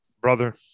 brother